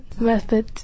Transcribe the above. method